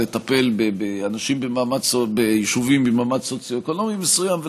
לטפל באנשים מיישובים במעמד סוציו-אקונומי מסוים,